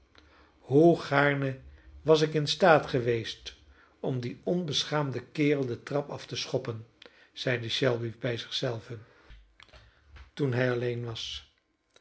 hoe gaarne was ik in staat geweest om dien onbeschaamden kerel de trap af te schoppen zeide shelby bij zich zelven toen hij alleen was